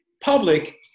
public